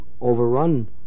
overrun